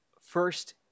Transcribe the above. first